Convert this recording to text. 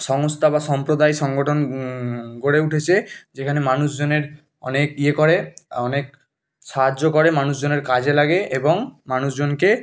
সংস্থা বা সম্প্রদায় সংগঠন গড়ে উঠেছে যেখানে মানুষজনের অনেক ইয়ে করে অনেক সাহায্য করে মানুষজনের কাজে লাগে এবং মানুষজনকে